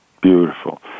Beautiful